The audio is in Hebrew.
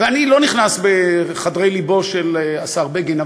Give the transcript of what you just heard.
ואני לא נכנס בחדרי לבו של השר בגין,